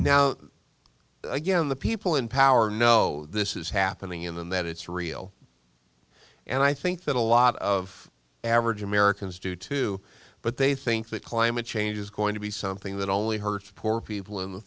now again the people in power know this is happening in that it's real and i think that a lot of average americans do too but they think that climate change is going to be something that only hurts the poor people in the